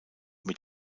mit